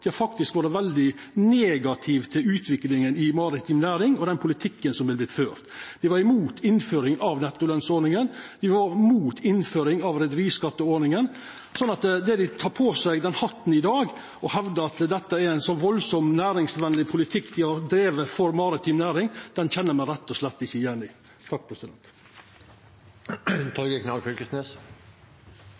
har vore veldig negative til utviklinga i maritim næring og den politikken som har vorte ført. Dei var imot innføring av nettolønsordninga, dei var imot innføring av skatteordninga for reiarlag, så det at dei tek på seg den hatten i dag og hevdar at det er ein slik veldig næringsvenleg politikk dei har drive for maritim næring, kjenner eg meg rett og slett ikkje igjen i.